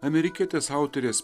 amerikietės autorės